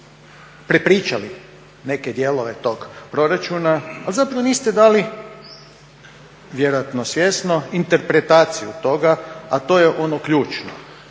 prepričali neke dijelove tog proračuna, ali zapravo niste dali vjerojatno svjesno interpretaciju toga, a to je ono ključno.